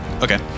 Okay